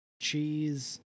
cheese